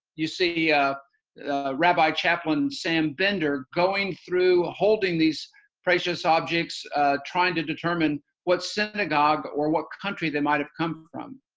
you see a rabbi chaplain, sam bender going through, holding these precious objects trying to determine what synagogue or what country they might have come from.